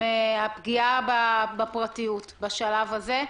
מהפגיעה בפרטיות, בשלב הזה.